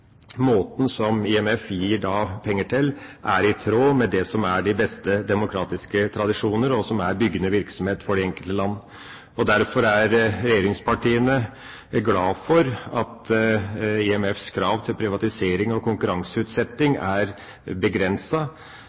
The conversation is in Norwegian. måten som IMF gir penger på, er i tråd med det som er de beste demokratiske tradisjoner, og som er byggende virksomhet for de enkelte land. Derfor er regjeringspartiene glad for at IMFs krav til privatisering og konkurranseutsetting er